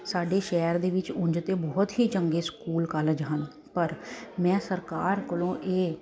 ਸਾਡੇ ਸ਼ਹਿਰ ਦੇ ਵਿੱਚ ਉਂਝ ਤਾਂ ਬਹੁਤ ਹੀ ਚੰਗੇ ਸਕੂਲ ਕਾਲਜ ਹਨ ਪਰ ਮੈਂ ਸਰਕਾਰ ਕੋਲੋਂ ਇਹ